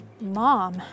Mom